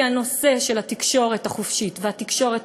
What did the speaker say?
כי הנושא של התקשורת החופשית והתקשורת